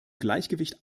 gleichgewicht